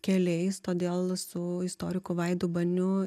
keliais todėl su istoriku vaidu baniu